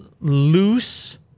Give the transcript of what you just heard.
loose